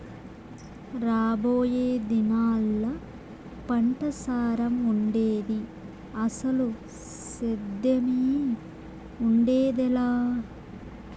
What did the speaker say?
రాబోయే దినాల్లా పంటసారం ఉండేది, అసలు సేద్దెమే ఉండేదెలా